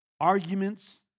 Arguments